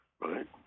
Right